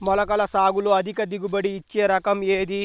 మొలకల సాగులో అధిక దిగుబడి ఇచ్చే రకం ఏది?